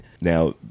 Now